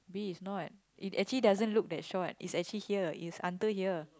B it's not it actually doesn't look that short it's actually here it's until here